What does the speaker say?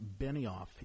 Benioff